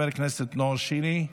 חבר הכנסת נאור שירי,